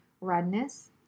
redness